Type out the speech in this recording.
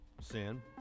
Sin